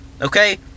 okay